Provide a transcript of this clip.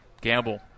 Gamble